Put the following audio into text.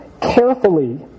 carefully